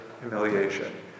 humiliation